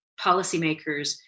policymakers